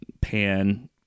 pan